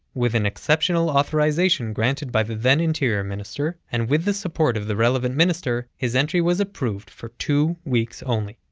with an exceptional authorization granted by the then-interior minister and with the support of the relevant minister, his entry was approved for two weeks only.